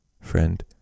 friend